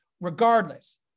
regardless